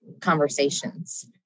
conversations